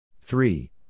Three